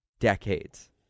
decades